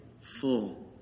full